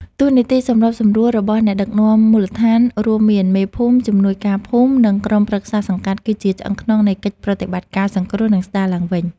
តួនាទីសម្របសម្រួលរបស់អ្នកដឹកនាំមូលដ្ឋាន រួមមានមេភូមិ ជំនួយការភូមិ និងក្រុមប្រឹក្សាសង្កាត់ គឺជាឆ្អឹងខ្នងនៃកិច្ចប្រតិបត្តិការសង្គ្រោះ និងស្ដារឡើងវិញ។